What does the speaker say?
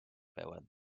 pełen